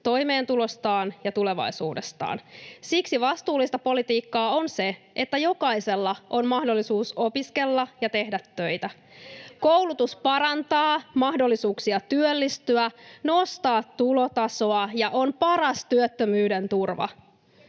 toimeentulostaan ja tulevaisuudestaan. Siksi vastuullista politiikkaa on se, että jokaisella on mahdollisuus opiskella ja tehdä töitä. [Li Anderssonin välihuuto] Koulutus parantaa mahdollisuuksia työllistyä, nostaa tulotasoa ja on paras työttömyyden turva.